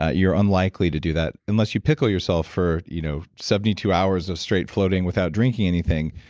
ah you're unlikely to do that unless you pickle yourself for you know seventy two hours of straight floating without drinking anything.